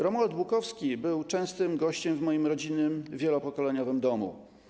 Romuald Bukowski był częstym gościem w moim rodzinnym, wielopokoleniowym domu.